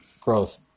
growth